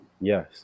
Yes